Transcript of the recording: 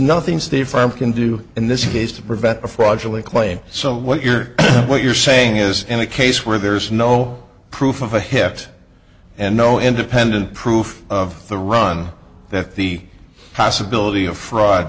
nothing state from can do in this case to prevent a fraudulent claim so what you're what you're saying is in a case where there is no proof of a hit and no independent proof of the run that the possibility of fraud